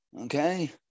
okay